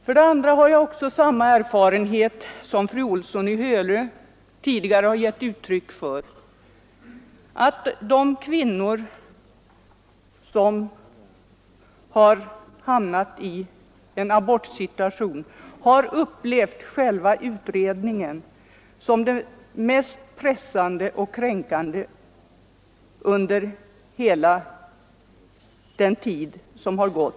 För det andra har också jag samma erfarenhet som fru Olsson i Hölö tidigare har givit uttryck för, nämligen att de kvinnor som har hamnat i en abortsituation har upplevt själva utredningen som det mest pressande och kränkande under hela abortproceduren.